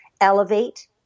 Elevate